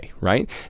right